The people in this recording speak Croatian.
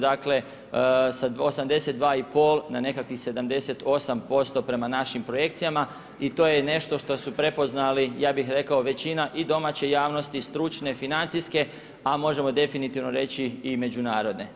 Dakle, sa 82 i pol na nekakvih 88% prema našim projekcijama i to je nešto što su prepoznali ja bih rekao većina i domaće javnosti, stručne, financijske, a možemo definitivno reći i međunarodne.